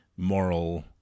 moral